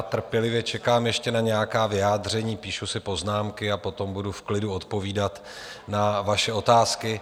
Trpělivě čekám ještě na nějaká vyjádření, píšu si poznámky a potom budu v klidu odpovídat na vaše otázky.